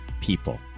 people